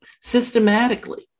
systematically